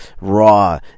raw